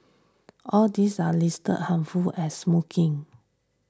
all these are listed harmful as smoking